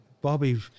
Bobby